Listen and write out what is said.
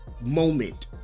moment